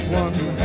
one